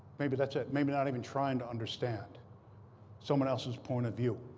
maybe that's it, maybe not even trying to understand someone else's point of view,